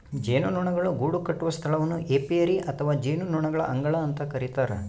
ಜೇನುನೊಣಗಳು ಗೂಡುಕಟ್ಟುವ ಸ್ಥಳವನ್ನು ಏಪಿಯರಿ ಅಥವಾ ಜೇನುನೊಣಗಳ ಅಂಗಳ ಅಂತ ಕರಿತಾರ